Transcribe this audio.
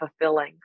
fulfilling